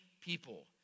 people